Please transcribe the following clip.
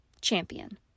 Champion